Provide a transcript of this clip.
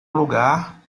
lugar